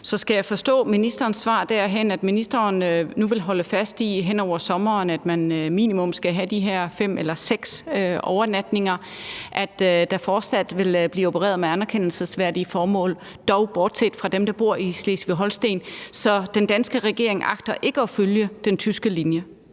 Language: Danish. Skal jeg forstå ministerens svar derhen, at ministeren nu hen over sommeren vil holde fast i, at man minimum skal have de her fem eller seks overnatninger, og at der fortsat vil blive opereret med anerkendelsesværdige formål, dog ikke for dem, der bor i Slesvig-Holsten – så den danske regering ikke agter at følge den tyske linje?